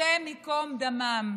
השם ייקום דמם.